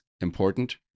important